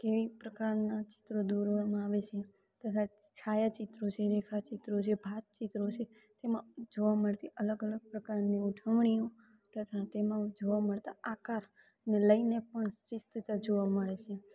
કયા પ્રકારના ચિત્રો દોરવામાં આવે છે તથા છાયા ચિત્રો છે રેખા ચિત્રો જે ભાત ચિત્રો છે તેમાં જોવા મળતી અલગ અલગ પ્રકારની ગોઠવણીઓ તથા તેમાં જોવા મળતા આકાર ને લઈને પણ શિસ્તતા જોવા મળે છે